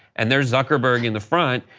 and there is zuckerberg in the front,